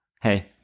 hey